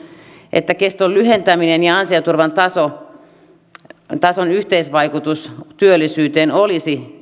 että keston lyhentämisen ja ansioturvan tason yhteisvaikutus työllisyyteen olisi